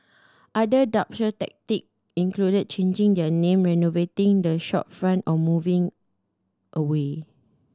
other dubious tactic included changing their name renovating the shopfront or moving away